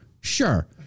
sure